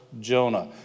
Jonah